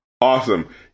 awesome